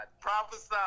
Prophesy